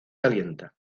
calienta